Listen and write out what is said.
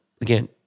again